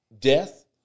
death